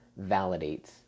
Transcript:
validates